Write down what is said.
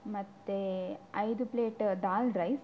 ಮತ್ತು ಐದು plate dal rice